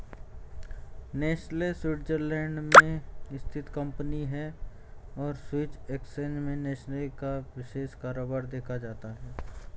Nestle Switzerland में स्थित company है और स्विस एक्सचेंज में नेस्ले का विशेष कारोबार देखा जाता है